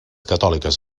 catòliques